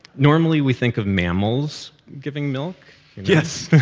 normally we think of mammals giving milk yes.